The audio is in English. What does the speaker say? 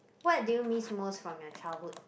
what do you miss most from your childhood